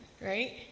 right